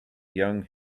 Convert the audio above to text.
young